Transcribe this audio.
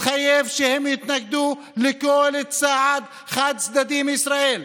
התחייב שהם יתנגדו לכל צעד חד-צדדי של ישראל,